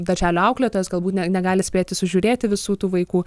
darželio auklėtojos galbūt ne negali spėti sužiūrėti visų tų vaikų